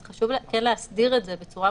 אז חשוב להסדיר את זה בצורה ברורה.